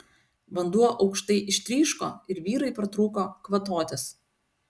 vanduo aukštai ištryško ir vyrai pratrūko kvatotis